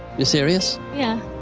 you serious? yeah.